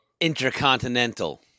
intercontinental